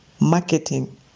marketing